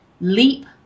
leap